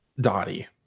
Dottie